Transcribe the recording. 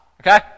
Okay